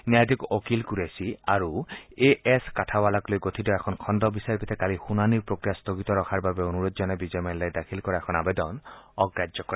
ন্যায়াধীশ অকিল কুৰেখী আৰু A S কাঠাৱালাক লৈ গঠিত এখন খণ্ড বিচাৰপীঠে কালি শুনানিৰ প্ৰক্ৰিয়া স্থগিত ৰখাৰ বাবে অনুৰোধ জনাই বিজয় মাল্যই দাখিল কৰা এখন আবেদন অগ্ৰাহ্য কৰে